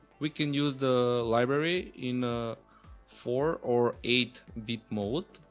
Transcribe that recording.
we can use the library in a four or eight bit mode.